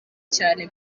cyane